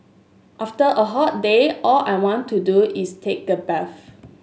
after a hot day all I want to do is take a bath